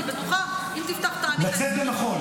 אני בטוחה, אם תפתח --- לצאת במחול.